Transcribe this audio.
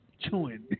chewing